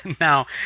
Now